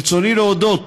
ברצוני להודות